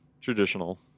traditional